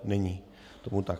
Není tomu tak.